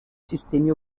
sistemi